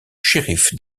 sheriff